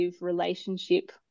relationship